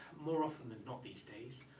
more often than not these days,